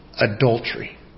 adultery